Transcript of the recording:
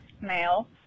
male